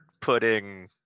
putting